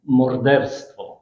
morderstwo